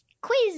quiz